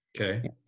Okay